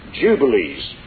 jubilees